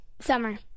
Summer